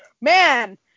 man